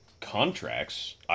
contracts